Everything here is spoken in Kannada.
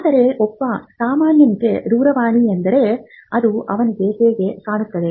ಆದರೆ ಒಬ್ಬ ಸಾಮಾನ್ಯನಿಗೆ ದೂರವಾಣಿ ಎಂದರೆ ಅದು ಅವನಿಗೆ ಹೇಗೆ ಕಾಣುತ್ತದೆ